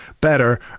better